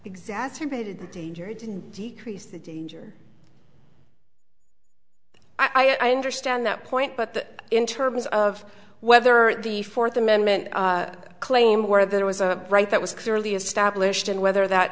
exacerbated the danger it didn't decrease the danger i understand that point but in terms of whether the fourth amendment claim or there was a right that was clearly established and whether